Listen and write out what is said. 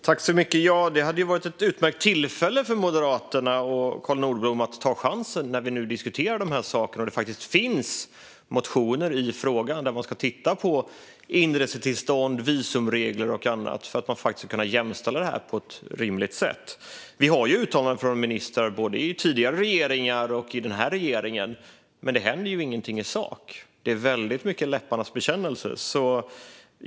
Fru talman! Det hade ju varit ett utmärkt tillfälle för Moderaterna och Carl Nordblom att ta chansen när vi nu diskuterar dessa saker och när det faktiskt finns motioner i frågan om att man ska titta på inresetillstånd, visumregler och annat för att kunna jämställa dessa saker på ett rimligt sätt. Vi har ju uttalanden från ministrar i både tidigare regeringar och denna regering, men det händer ingenting i sak. Det är väldigt mycket läpparnas bekännelser.